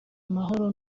amahoro